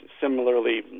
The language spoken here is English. similarly